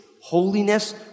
holiness